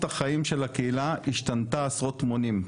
החיים של הקהילה השתנתה עשרות מונים.